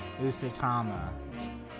Usutama